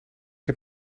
heb